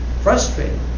frustrated